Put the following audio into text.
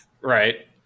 Right